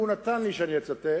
והוא נתן לי שאני אצטט,